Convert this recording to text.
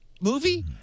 movie